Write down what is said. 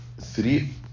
three